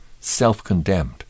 self-condemned